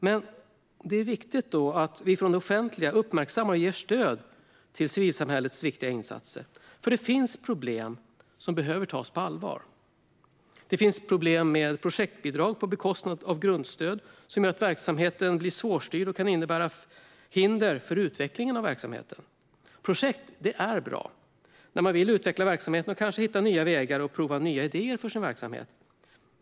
Men det är viktigt att vi från det offentliga uppmärksammar och ger stöd till civilsamhällets viktiga insatser, för det finns problem som behöver tas på allvar. Det finns problem med projektbidrag på bekostnad av grundstöd som gör att verksamheten blir svårstyrd och som kan innebära hinder för utveckling av verksamheten. Projekt är bra när man vill utveckla verksamheten och kanske hitta nya vägar och prova nya idéer för sin verksamhet.